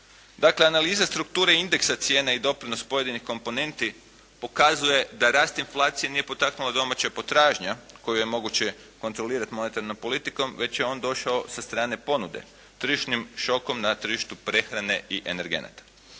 analiza strukture indeksa cijene i doprinos pojedinih komponenti pokazuje da rast inflacije nije potaknula domaća potražnja koju je moguće kontrolirati monetarnom politikom, već je on došao sa strane ponude. Tržišnim šokom na tržištu prehrane i energenata.